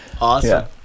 awesome